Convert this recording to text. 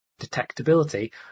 detectability